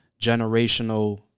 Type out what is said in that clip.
generational